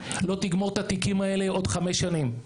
לא תגמור את התיקים האלה עוד חמש שנים.